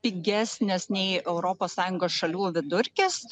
pigesnis nei europos sąjungos šalių vidurkis